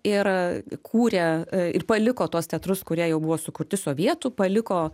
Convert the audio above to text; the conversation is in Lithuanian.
ir kūrė ir paliko tuos teatrus kurie jau buvo sukurti sovietų paliko